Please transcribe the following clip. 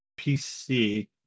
PC